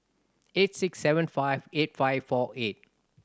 eight six seven five eight five four eight